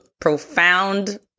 profound